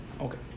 Okay